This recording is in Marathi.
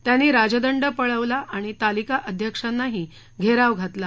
त्यांनी राजदंड पळवला आणि तालिका अध्यक्षांनाही घेराव घातला